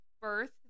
Birth